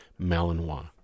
Malinois